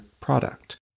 product